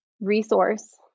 resource